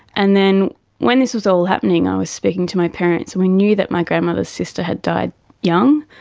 and then when this was all happening i was speaking to my parents and we knew that my grandmother's sister had died young,